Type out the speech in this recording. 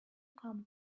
come